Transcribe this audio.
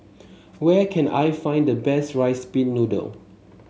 where can I find the best rice pin noodle